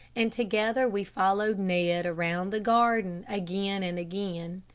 and together we followed ned around the garden, again and again.